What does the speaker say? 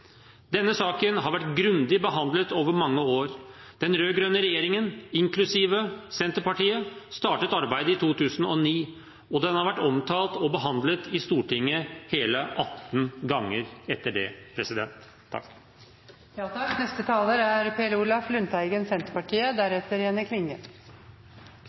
Denne saken har vært grundig behandlet over mange år. Den rød-grønne regjeringen, inklusive Senterpartiet, startet arbeidet i 2009, og saken har vært omtalt og behandlet i Stortinget hele 18 ganger etter det. Innenfor EU er